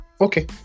Okay